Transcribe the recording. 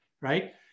right